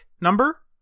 number